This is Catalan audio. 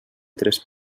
tres